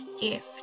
gift